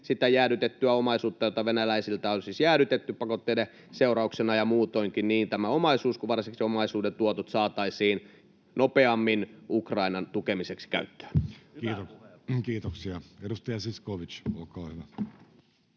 tämä jäädytetty omaisuus, joka venäläisiltä on siis jäädytetty pakotteiden seurauksena ja muutoinkin, sekä varsinkin omaisuuden tuotot saataisiin nopeammin käyttöön Ukrainan tukemiseksi. Kiitoksia. — Edustaja Zyskowicz, olkaa hyvä.